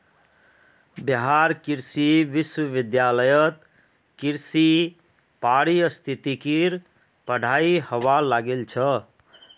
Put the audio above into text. बिहार कृषि विश्वविद्यालयत कृषि पारिस्थितिकीर पढ़ाई हबा लागिल छ